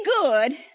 good